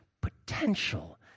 potential